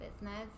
business